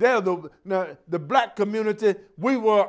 there the the black community we were